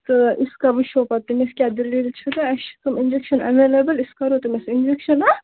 تہٕ أسۍ وُچھَو پتہٕ تٔمِس کیٛاہ دٔلیٖل چھِ تہٕ اَسہِ چھِ تِم اِنٛجَکشَن ایٚوَیلیبُل أسۍ کَرَو تٔمِس اِنٛجَکشَن اَکھ